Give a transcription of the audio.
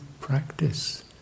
practice